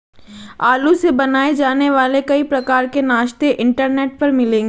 आलू से बनाए जाने वाले कई प्रकार के नाश्ते इंटरनेट पर मिलेंगे